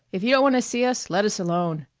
if you don't want to see us, let us alone.